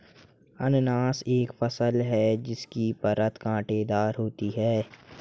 अनन्नास एक फल है जिसकी परत कांटेदार होती है